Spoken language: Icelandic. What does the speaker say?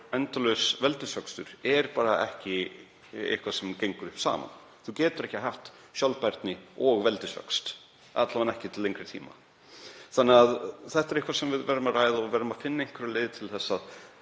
endalaus veldisvöxtur er ekki eitthvað sem gengur upp saman. Þú getur ekki haft sjálfbærni og veldisvöxt, alla vega ekki til lengri tíma. Þetta er eitthvað sem við verðum að ræða og við verðum að finna einhverja leið til að